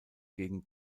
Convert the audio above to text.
gegen